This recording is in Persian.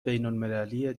بینالمللی